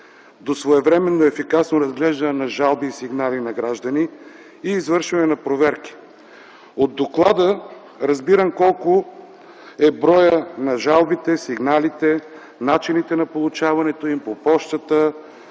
до своевременно и ефикасно разглеждане на жалби и сигнали на граждани и извършване на проверки. От доклада разбирам колко е броят на жалбите, сигналите, начините на получаването им – по пощата,